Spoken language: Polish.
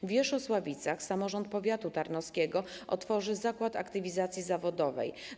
W Wierzchosławicach samorząd powiatu tarnowskiego otworzy zakład aktywizacji zawodowej.